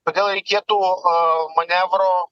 todėl reikėtų manevro